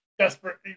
desperate